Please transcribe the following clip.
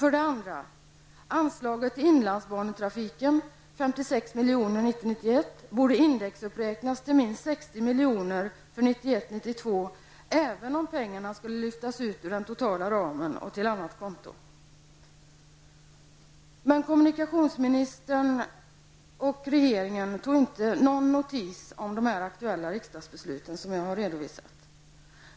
milj.kr. för 1991/92, även om pengarna skulle lyftas ut ur den totala ramen till ett annat konto. Men kommunikationsministern och regeringen har inte tagit någon notis av de aktuella riksdagsbeslut som jag har redovisat.